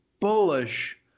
bullish